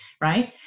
right